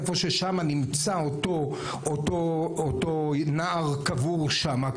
איפה ששמה נמצא אותו נער קבור שם.